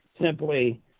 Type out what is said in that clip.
simply